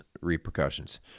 repercussions